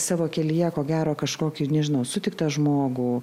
savo kelyje ko gero kažkokį nežinau sutiktą žmogų